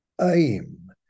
aim